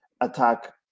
attack